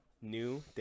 new